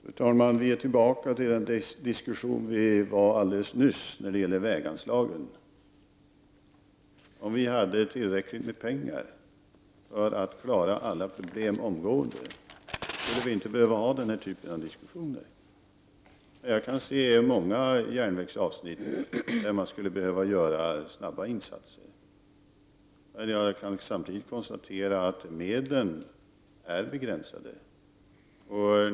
Fru talman! Vi är nu tillbaka till den diskussion vi nyss förde om väganslagen. Om det fanns tillräckligt med pengar för att klara alla problem omgående, skulle vi inte behöva föra den här typen av diskussioner. Jag vet att det finns många järnvägsavsnitt där det skulle behöva göras insatser snabbt, men jag konstaterar samtidigt att medlen är begränsade.